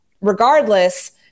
Regardless